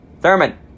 Thurman